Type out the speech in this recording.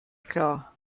klar